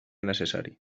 necessari